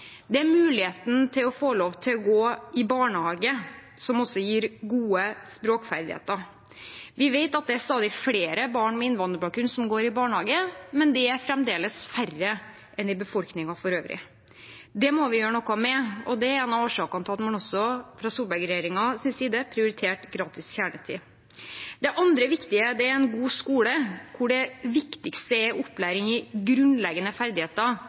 det er muligheten til å få lov til å gå i barnehage, noe som også gir gode språkferdigheter. Vi vet at det er stadig flere barn med innvandrerbakgrunn som går i barnehage, men det er fremdeles færre enn i befolkningen for øvrig. Det må vi gjøre noe med, og det er en av årsakene til at man fra Solberg-regjeringens side prioriterte gratis kjernetid. Det andre viktige er en god skole, hvor det viktigste er opplæring i grunnleggende ferdigheter